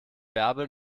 bärbel